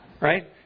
Right